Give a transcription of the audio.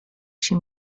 się